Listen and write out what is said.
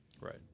Right